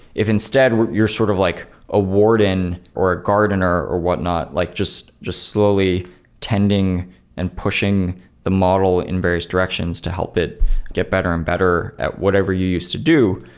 if instead you're sort of like a warden, or a gardener or whatnot, like just just slowly tending and pushing the model in various directions to help it get better and better at whatever you used to do,